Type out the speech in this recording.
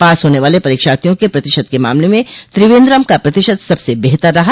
पास होने वाले परीक्षार्थियों के प्रतिशत के मामले में त्रिवेन्द्रम का प्रतिशत सबसे बेहतर रहा